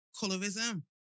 colorism